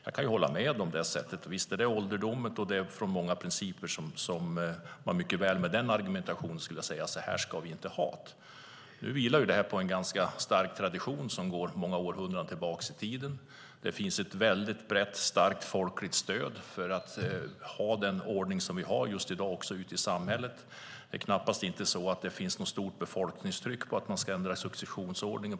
Jag kan hålla med om att det är ålderdomligt och att man med den argumentationen mycket väl skulle kunna säga att vi inte ska ha det. Nu vilar det här på en ganska stark tradition som går många århundraden tillbaka i tiden. Det finns ett brett, starkt folkligt stöd för att ha den ordning som vi har i samhället i dag. Det finns knappast något starkt befolkningstryck för att vi ska ändra successionsordningen.